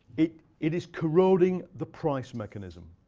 it it is corroding the price mechanism.